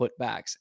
putbacks